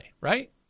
right